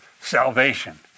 salvation